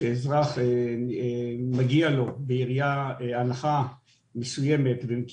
שלאזרח מגיעה הנחה מסוימת בעירייה,